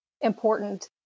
important